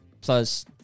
plus